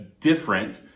different